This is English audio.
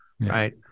right